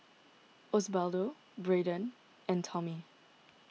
Osbaldo Braeden and Tommy